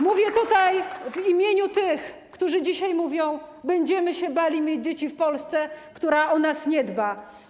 Mówię tutaj w imieniu tych, którzy dzisiaj mówią: będziemy się bali mieć dzieci w Polsce, która o nas nie dba.